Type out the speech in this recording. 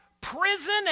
prison